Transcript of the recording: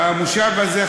במושב הזה,